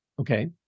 Okay